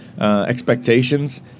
expectations